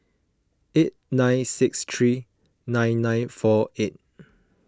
eight nine six three nine nine four eight